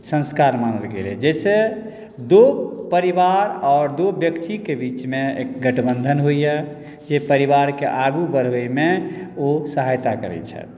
संस्कार मानल गेल अछि जाहिसँ दू परिवार आओर दू व्यक्तिके बीचमे एक गठबन्धन होइए जे परिवारकेँ आगू बढ़बयमे ओ सहायता करैत छथि